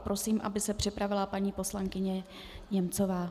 Prosím, aby se připravila paní poslankyně Němcová.